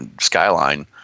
skyline